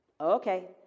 Okay